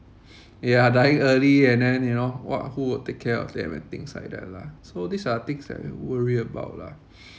ya dying early and then you know what who would take care of them and things like that lah so these are the things that will worry about lah